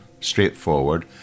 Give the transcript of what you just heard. straightforward